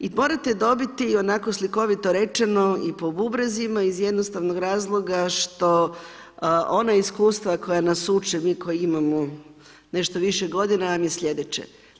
I morate dobiti onako slikovito rečeno i po bubrezima iz jednostavnog razloga što ona iskustva koja nas uče, mi koji imamo nešto više godina nam je sljedeće.